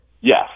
Yes